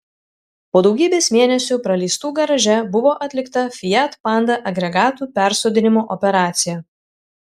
po daugybės mėnesių praleistų garaže buvo atlikta fiat panda agregatų persodinimo operacija